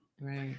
right